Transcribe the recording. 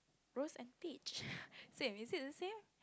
rose and peach same is it the same